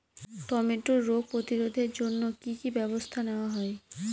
টমেটোর রোগ প্রতিরোধে জন্য কি কী ব্যবস্থা নেওয়া হয়?